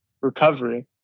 recovery